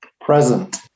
present